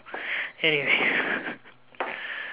anyways